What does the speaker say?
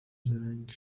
زرنگ